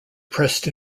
pressed